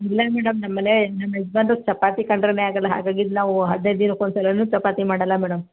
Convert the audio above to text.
ಇಲ್ಲ ಮೇಡಮ್ ನಮ್ಮ ಮನೆ ನಮ್ಮ ಯಾಜ್ಮಾನ್ರಿಗ್ ಚಪಾತಿ ಕಂಡ್ರೆ ಆಗೋಲ್ಲ ಹಾಗಾಗಿ ನಾವು ಹದಿನೈದು ದಿನಕ್ಕೆ ಒಂದು ಸಲಾನು ಚಪಾತಿ ಮಾಡೋಲ್ಲ ಮೇಡಮ್